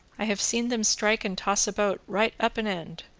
i have seen them strike and toss a boat right up an end,